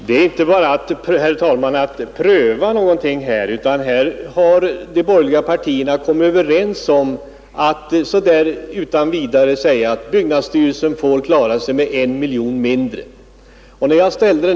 Herr talman! Det är inte här fråga om att pröva möjligheter till besparingar utan de borgerliga partierna har kommit överens om utan vidare att byggnadsstyrelsen får klara sig med 1 miljon kronor mindre.